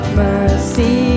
mercy